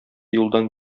юлдан